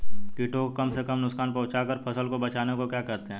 कीटों को कम से कम नुकसान पहुंचा कर फसल को बचाने को क्या कहते हैं?